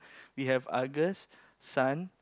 we have Argus Sun